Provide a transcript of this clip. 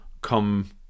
come